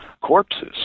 corpses